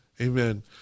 Amen